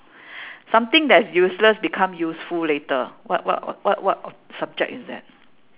something that is useless become useful later what what what what subject is that